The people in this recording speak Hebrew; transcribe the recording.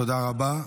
תודה רבה.